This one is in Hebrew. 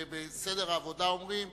בסדר העבודה אנחנו אומרים,